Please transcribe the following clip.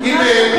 אבל את רשאית לומר,